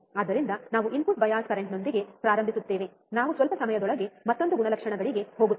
ಆದ್ದರಿಂದ ನಾವು input bias current ಇಂದ ಪ್ರಾರಂಭಿಸುತ್ತೇವೆ ನಾವು ಸ್ವಲ್ಪ ಸಮಯದೊಳಗೆ ಮತ್ತೊಂದು ಗುಣಲಕ್ಷಣಗಳಿಗೆ ಹೋಗುತ್ತೇವೆ